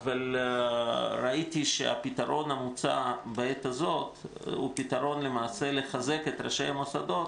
ראיתי שהפתרון המוצע בעת הזאת הוא לחזק את ראשי המוסדות